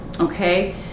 okay